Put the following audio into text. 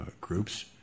groups